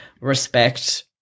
respect